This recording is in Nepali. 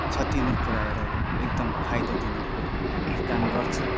क्षति नपुऱ्याएर एकदम फाइदा दिने कुरा काम गर्छ